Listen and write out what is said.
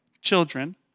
children